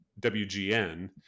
WGN